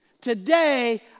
Today